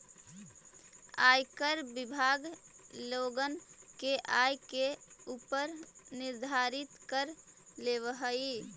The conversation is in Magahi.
आयकर विभाग लोगन के आय के ऊपर निर्धारित कर लेवऽ हई